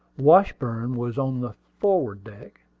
washburn was on the forward deck,